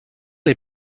les